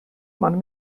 man